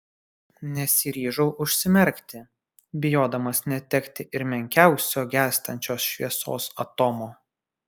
nesiryžau užsimerkti bijodamas netekti ir menkiausio gęstančios šviesos atomo